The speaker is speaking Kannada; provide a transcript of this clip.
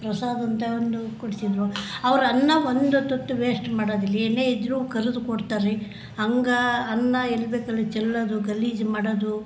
ಪ್ರಸಾದ ಅಂತ ಒಂದು ಕೊಡ್ತಿದ್ದರು ಅವ್ರು ಅನ್ನ ಒಂದು ತುತ್ತೂ ವೇಸ್ಟ್ ಮಾಡೋದಿಲ್ಲ ಏನೇ ಇದ್ದರೂ ಕರೆದ್ ಕೊಡ್ತಾರೆ ರೀ ಹಂಗ ಅನ್ನ ಎಲ್ಲಿ ಬೇಕಲ್ಲಿ ಚೆಲ್ಲೋದು ಗಲೀಜು ಮಾಡೋದು